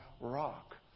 rock